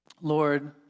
Lord